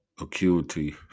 acuity